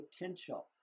potential